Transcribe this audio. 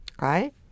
right